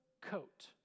coat